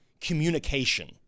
communication